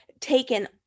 taken